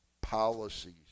Policies